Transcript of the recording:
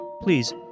Please